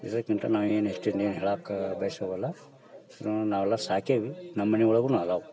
ಇದಕ್ಕಿಂತ ನಾವು ಏನು ಹೆಚ್ಚಿಂದು ಏನೂ ಹೇಳಕ್ಕೆ ಬಯಸೋವಲ್ಲ ನಾವೆಲ್ಲ ಸಾಕೇವಿ ನಮ್ಮ ಮನೆ ಒಳಗು ಇದಾವೆ